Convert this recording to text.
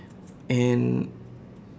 and